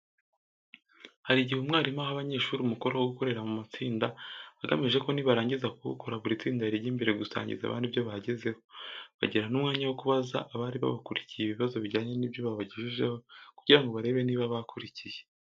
Hari igihe umwarimu aha abanyeshuri umukoro wo gukorera mu matsinda agamije ko nibarangiza kuwukora buri tsinda rijya imbere gusangiza abandi ibyo bagezeho. Bagira n'umwanya wo kubaza abari babakurikiye ibibazo bijyanye n'ibyo babagejejeho kugira ngo barebe niba bakurikiye.